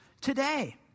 today